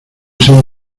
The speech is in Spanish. son